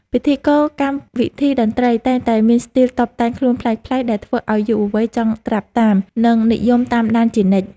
ពិធីករកម្មវិធីតន្ត្រីតែងតែមានស្ទីលតុបតែងខ្លួនប្លែកៗដែលធ្វើឱ្យយុវវ័យចង់ត្រាប់តាម និងនិយមតាមដានជានិច្ច។